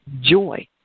joy